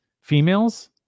females